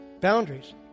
Boundaries